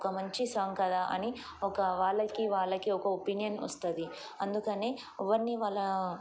ఒక మంచి సంకర అని ఒక వాళ్ళకి వాళ్ళకి ఒక ఒపీనియన్ వస్తుంది అందుకని ఇవ్వన్నీ వాళ్ళ